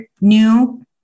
new